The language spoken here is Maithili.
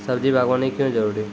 सब्जी बागवानी क्यो जरूरी?